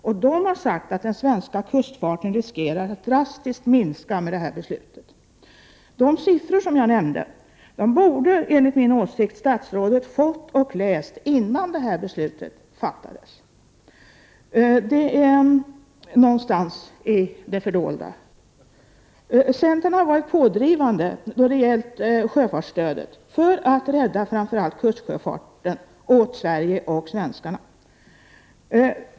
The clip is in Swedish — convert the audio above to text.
Där har man sagt att den svenska kustsjöfarten riskerar att drastiskt minska med detta beslut. De siffror jag nämnde borde enligt min åsikt statsrådet ha fått och läst innan beslutet fattades, någonstans i det fördolda. Centern har varit pådrivande när det gällt sjöfartsstödet för att rädda framför allt kustsjöfarten åt Sverige och svenskarna.